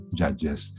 judges